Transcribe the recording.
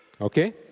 Okay